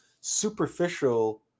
superficial